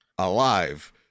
alive